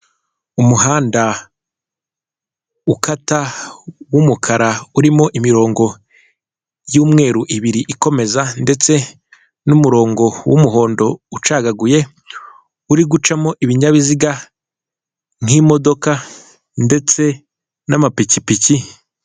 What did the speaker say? Umuhanda ukata w'umukara urimo imirongo y'umweru ibiri ikomeza ndetse n'umurongo w'umuhondo ucagaguye, uri gucamo ibinyabiziga nk'imodoka ndetse n'amapikipiki.